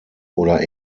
oder